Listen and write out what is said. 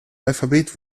alphabet